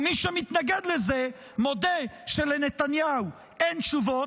ומי שמתנגד לזה מודה שלנתניהו אין תשובות,